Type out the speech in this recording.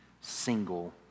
single